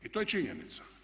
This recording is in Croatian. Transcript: I to je činjenica.